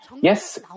yes